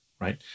right